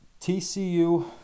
TCU